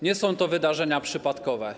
Nie są to wydarzenia przypadkowe.